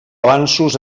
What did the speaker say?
avanços